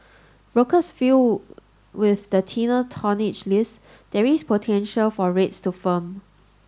brokers feel with the thinner tonnage list there is potential for rates to firm